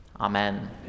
Amen